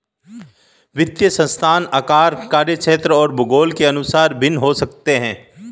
वित्तीय संस्थान आकार, कार्यक्षेत्र और भूगोल के अनुसार भिन्न हो सकते हैं